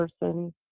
person